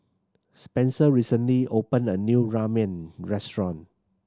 Spencer recently opened a new Ramen Restaurant